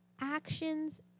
actions